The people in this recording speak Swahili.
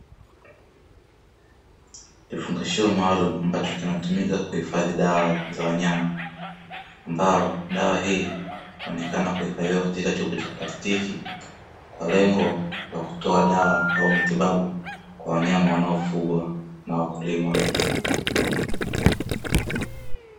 Kifungashio maalumu ambacho kinatumika kuhifadhi dawa za wanyama ambao dawa hii huonekana kuifadhiwa katika chupa cha plastiki, kwa lengo la kutoa dawa au matibabu kwa wanyama wanaofugwa na wakulima.